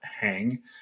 hang